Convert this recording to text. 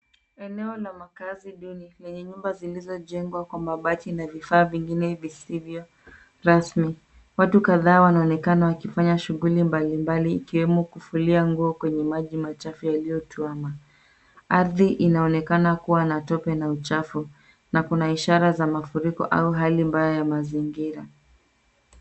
Eneo la makazi duni, lenye nyumba zilizojengwa kwa mabati na vifaa vingine zisivyo rasmi. Watu kadhaa wanaonekana wakifanya shughuli mbali mbali, ikiwemo kufulia nguo kwenye maji machafu yaliyotuama. Ardhi inaonekana kua na tope na uchafu, na kuna ishara za mafurika au hali mbaya ya mazingira.